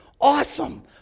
awesome